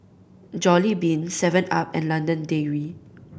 Jollibean seven Up and London Dairy